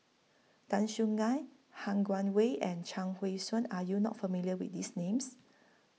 Tan Soo NAN Han Guangwei and Chuang Hui Tsuan Are YOU not familiar with These Names